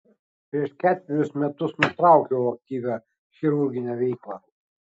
prieš ketverius metus nutraukiau aktyvią chirurginę veiklą